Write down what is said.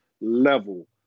level